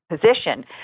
position